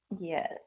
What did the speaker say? Yes